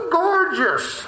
gorgeous